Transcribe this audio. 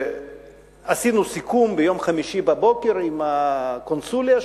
עשינו סיכום ביום חמישי בבוקר עם הקונסוליה שלנו.